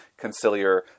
conciliar